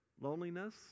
loneliness